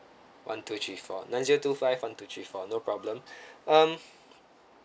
one two three four nine zero two five one two three four no problem um